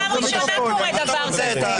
פעם ראשונה שקורה דבר כזה.